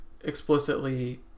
explicitly